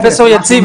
פרופסור יציב,